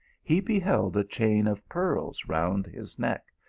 he beheld a chain of pearls round his neck,